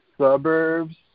suburbs